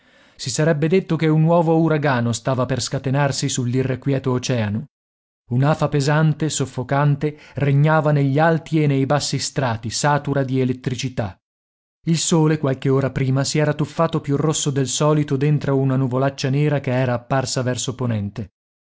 si sarebbe detto che un nuovo uragano stava per scatenarsi sull'irrequieto oceano un'afa pesante soffocante regnava negli alti e nei bassi strati satura di elettricità il sole qualche ora prima si era tuffato più rosso del solito dentro una nuvolaccia nera che era apparsa verso ponente